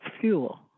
fuel